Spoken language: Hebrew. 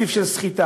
תקציב של סחיטה.